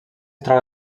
troba